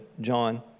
John